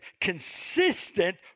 consistent